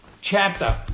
chapter